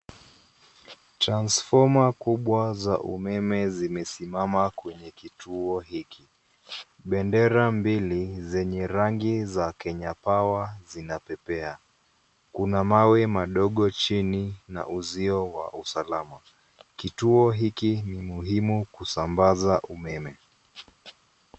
Transfomer kubwa za umeme zimesimama kwenye kituo hiki. Bendera mbili zenye rangi za KenyaPower zinapepea. Kuna mawe madogo chini na uzio wa usalama. Kituo hiki ni muhimu kusambaza umeme.